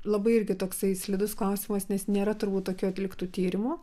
labai irgi toksai slidus klausimas nes nėra turbūt tokių atliktų tyrimų